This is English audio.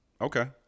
Okay